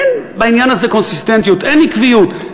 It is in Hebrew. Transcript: אין בעניין הזה קונסיסטנטיות, אין עקביות.